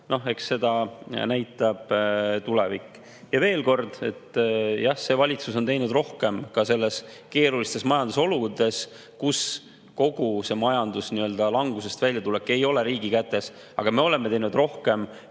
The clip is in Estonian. aitab, eks seda näitab tulevik. Veel kord: jah, see valitsus on teinud rohkem, ka nendes keerulistes majandusoludes, kui kogu sellest majanduslangusest väljatulek ei ole riigi kätes, aga me oleme teinud rohkem